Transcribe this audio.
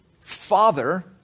Father